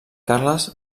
carles